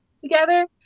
together